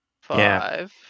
five